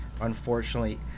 unfortunately